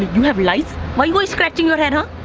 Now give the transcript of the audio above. you have lice? why you always scratching your head huh?